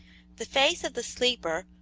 the face of the sleeper,